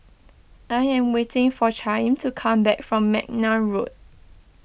I am waiting for Chaim to come back from McNair Road